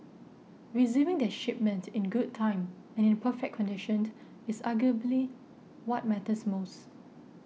receiving their shipment in good time and in perfect condition is arguably what matters most